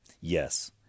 Yes